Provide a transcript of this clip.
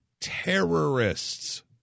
terrorists